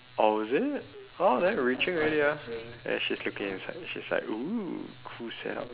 oh is it oh they reaching already ah she's looking inside she's like oh cool setup